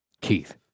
Keith